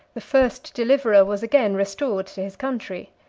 the first deliverer was again restored to his country.